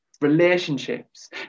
relationships